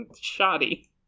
Shoddy